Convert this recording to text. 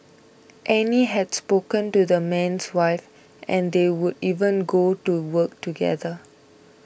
Annie had spoken to the man's wife and they would even go to work together